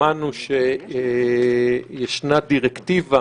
שמענו שישנה דירקטיבה